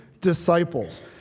disciples